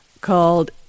called